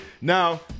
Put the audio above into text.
Now